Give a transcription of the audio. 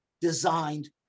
designed